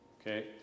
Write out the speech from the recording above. Okay